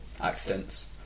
accidents